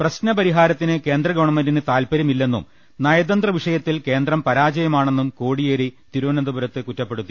പ്രശ്ന പരിഹാരത്തിന് കേന്ദ്രഗവൺമെന്റിന് താൽപര്യമില്ലെന്നും നയതന്ത്രവിഷയത്തിൽ കേന്ദ്രം പരാജയമാ ണെന്നും കോടിയേരി തിരുവനന്തപുരത്ത് കുറ്റപ്പെടുത്തി